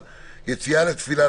אבל יציאה לתפילה,